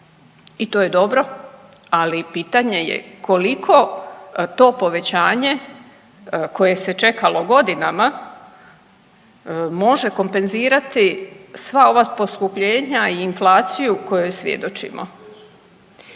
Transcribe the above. i to je dobro, ali pitanje je koliko to povećanje koje se čekalo godinama može kompenzirati sva ova poskupljenja i inflaciju kojoj svjedočimo.